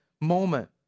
moment